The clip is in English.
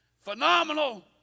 phenomenal